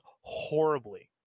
horribly